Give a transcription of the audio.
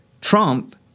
Trump